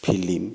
film